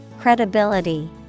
Credibility